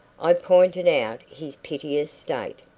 i pointed out his piteous state.